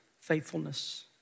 faithfulness